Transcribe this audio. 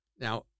Now